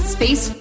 Space